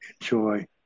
enjoy